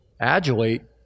adulate